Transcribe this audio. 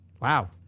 Wow